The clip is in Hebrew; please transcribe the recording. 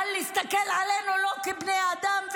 על ההסתכלות עלינו לא כבני אדם,